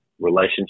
relationship